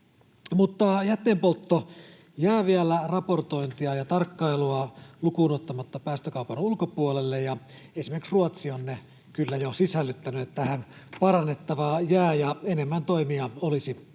Mutta jätteenpoltto jää vielä raportointia ja tarkkailua lukuun ottamatta päästökaupan ulkopuolelle. Esimerkiksi Ruotsi on sen kyllä jo sisällyttänyt, niin että tähän parannettavaa jää ja enemmän toimia olisi